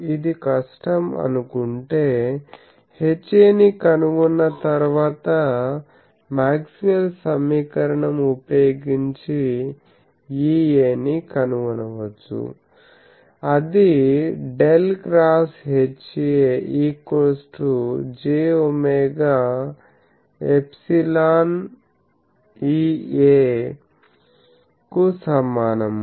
ఇది కష్టం అను కుంటే HA నీ కనుగొన్న తర్వాత మాక్స్ వెల్ సమీకరణం ఉపయోగించి EA ని కనుగొనవచ్చు అది ∇ X HA jw∊ EA కు సమానము